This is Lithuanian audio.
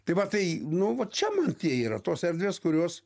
tai va tai nu va čia man tie yra tos erdvės kurios